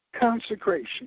consecration